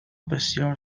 بسیار